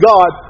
God